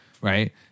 Right